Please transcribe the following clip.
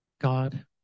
God